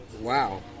Wow